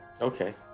okay